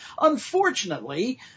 Unfortunately